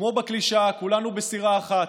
כמו בקלישאה, כולנו בסירה אחת,